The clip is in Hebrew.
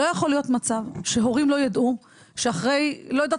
לא יכול להיות מצב שהורים לא יידעו שאחרי לא יודעת